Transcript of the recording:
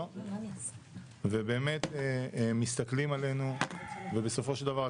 ובאמת מתסכלים עלינו ובסופו של דבר.